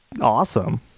awesome